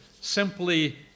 simply